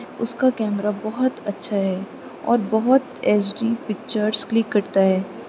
اس کا کیمرا بہت اچھا ہے اور بہت ایچ ڈی پکچرس کلک کرتا ہے